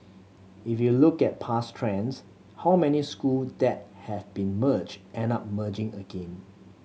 if you look at past trends how many school that have been merged end up merging again